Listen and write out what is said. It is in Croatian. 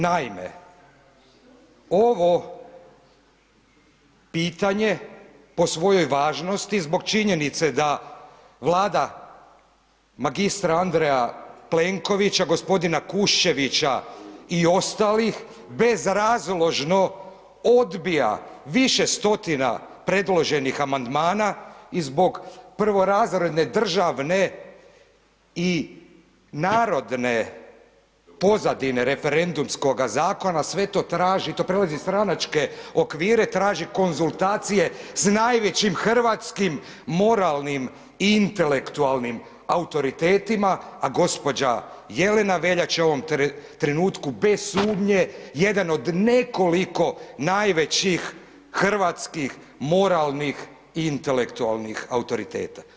Naime, ovo pitanje po svojoj važnosti zbog činjenice da Vlada magistra Andreja Plenkovića, gospodina Kuščevića i ostalih, bezrazložno odbija više stotina predloženih amandmana i zbog prvorazredne državne i narodne pozadine referendumskog zakona sve to traži, to prelazi stranačke okvire, traži konzultacije sa najvećim hrvatskim moralnim i intelektualnim autoritetima a gospođa Jelena Veljača u ovom trenutku bez sumnje jedan od nekoliko najvećih hrvatskih moralnih i intelektualnih autoriteta.